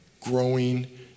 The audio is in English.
growing